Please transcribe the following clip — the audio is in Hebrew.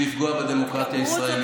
בשביל לפגוע בדמוקרטיה הישראלית.